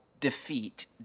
defeat